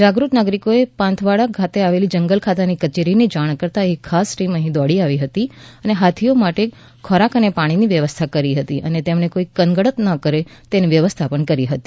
જાગૃત નાગરીકોએ પાંથવાડા ખાતે આવેલી જંગલ ખાતાની કચેરીને જાણ કરતાં એક ખાસ ટિમ અહી દોડી આવી હતી અને હાથીઓ માટે ખોરાક પાણીની વ્યવસ્થા કરી હતી અને તેમણે કોઈ કનડગત કરે નહીં તેની વ્યવસ્થા કરી હતી